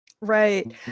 right